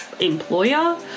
employer